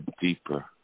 deeper